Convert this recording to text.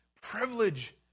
privilege